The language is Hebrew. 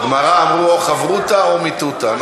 בגמרא אמרו: או חברותא או מיתותא.